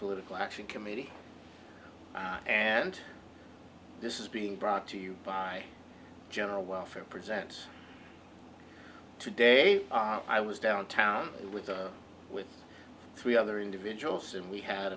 political action committee and this is being brought to you by general welfare present today i was downtown with with three other individuals and we had